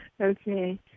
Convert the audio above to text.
Okay